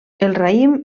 raïm